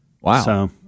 Wow